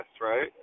right